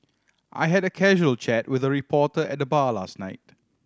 I had a casual chat with a reporter at the bar last night